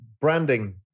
branding